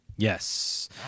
Yes